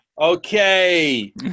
Okay